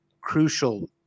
crucial